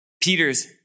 Peter's